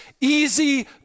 easy